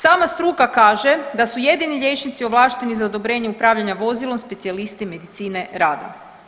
Sama struka kaže da su jedini liječnici ovlašteni za odobrenje upravljanja vozilom specijalisti medicine rada.